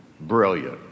brilliant